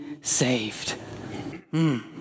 saved